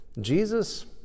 Jesus